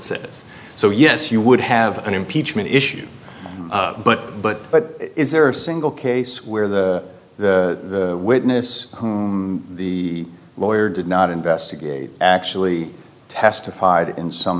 says so yes you would have an impeachment issue but but but is there a single case where the witness who the lawyer did not investigate actually testified in some